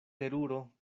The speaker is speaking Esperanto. teruro